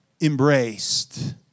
embraced